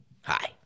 hi